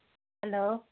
hello